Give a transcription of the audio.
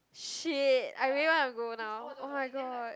shit I really want to go now oh-my-god